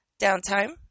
downtime